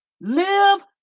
Live